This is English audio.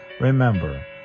remember